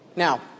Now